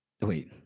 Wait